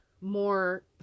more